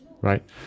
right